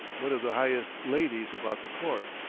one of the highest ladies about the court,